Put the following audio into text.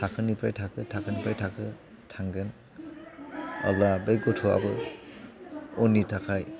थाखोनिफ्राय थाखो थाखोनिफ्राय थाखो थांगोन अब्ला बै गथ'आबो इयुननि थाखाय